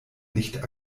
nicht